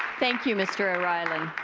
thank you, mr. o'reilly.